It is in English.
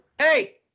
Hey